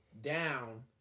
down